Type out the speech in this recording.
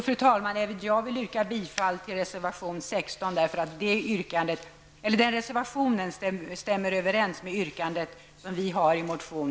Fru talman! Även jag vill yrka bifall till reservation